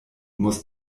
musst